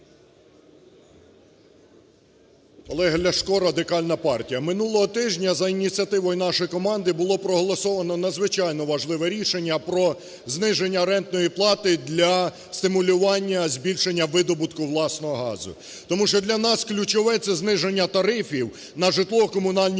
Олег Ляшко, Радикальна партія. Минулого тижня за ініціативою нашої команди булопроголосовано надзвичайно важливе рішення про зниження рентної плати для стимулювання збільшення видобутку власного газу. Тому що для нас ключове – це зниження тарифів на житлово-комунальні